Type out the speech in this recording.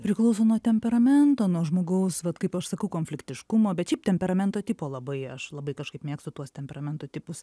priklauso nuo temperamento nuo žmogaus vat kaip aš sakau konfliktiškumo bet šiaip temperamento tipo labai aš labai kažkaip mėgstu tuos temperamento tipus